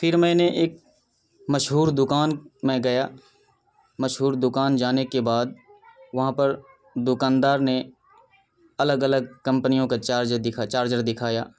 پھر میں نے ایک مشہور دکان میں گیا مشہور دکان جانے کے بعد وہاں پر دکان دار نے الگ الگ کمپنیوں کا چارجر دکھا چارجر دکھایا